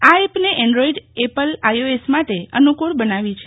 આ એપને Android Apple iOS માટે અનુકૂળ બનાવી છે